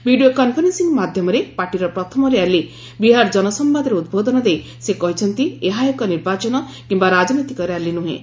video conference ମାଧ୍ୟମରେ ପାର୍ଟିର ପ୍ରଥମ ର୍ୟାଲି ବିହାର ଜନସମ୍ଭାଦରେ ଉଦ୍ବୋଧନ ଦେଇ ସେ କହିଛନ୍ତି ଏହା ଏକ ନିର୍ବାଚନ କିମ୍ବା ରାଜନୈତିକ ର୍ୟାଲି ନୁହେଁ